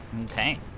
Okay